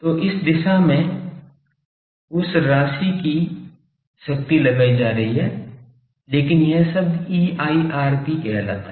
तो इस दिशा में उस राशि की शक्ति लगाई जा रही है लेकिन यह शब्द EIRP कहलाता है